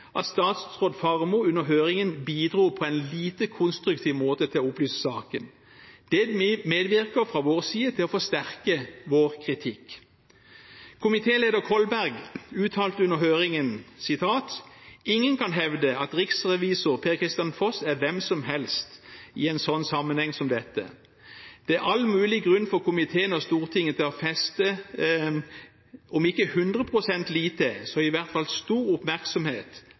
at statsråd Faremo under høringen bidro på en lite konstruktiv måte til å opplyse saken. Det medvirker fra vår side til å forsterke vår kritikk. Komitéleder Kolberg uttalte under høringen: ingen som kan hevde, at riksrevisor Per-Kristian Foss er hvem som helst i en sånn sammenheng som dette». Og videre: «Det er all mulig grunn for komiteen og Stortinget til å feste om ikke hundre prosent lit til, så iallfall stor oppmerksomhet